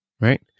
Right